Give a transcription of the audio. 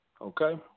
Okay